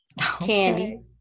candy